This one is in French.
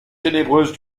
ténébreuses